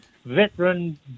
Veteran